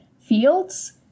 fields